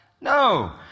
no